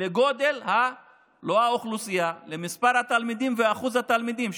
לא לגודל האוכלוסייה אלא למספר התלמידים ולאחוז התלמידים,